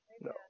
No